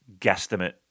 guesstimate